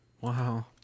Wow